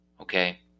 Okay